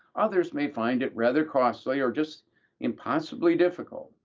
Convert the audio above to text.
others may find it rather costly or just impossibly difficult,